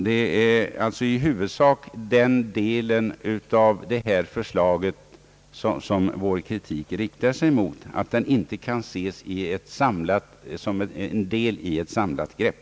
Det är alltså i huvudsak den av mig nu berörda delen av förslaget som vår kritik riktar sig mot — dvs. det förhållandet att reformen inte kan ses som en del i ett samlat grepp.